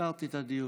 סגרתי את הדיון.